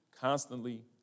constantly